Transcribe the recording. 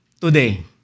today